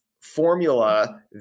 formula